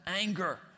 anger